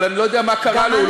אבל אני לא יודע מה קרה לו.